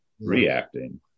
reacting